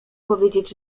powiedzieć